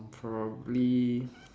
probably